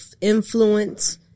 influence